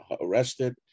arrested